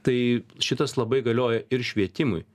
tai šitas labai galioja ir švietimui